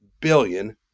billion